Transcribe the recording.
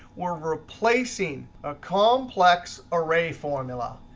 we're replacing a complex array formula.